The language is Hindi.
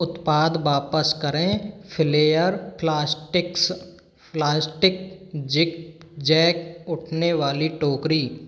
उत्पाद वापस करें Flair Plastics plastic zig zag उठनेवाली टोकरी